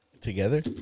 Together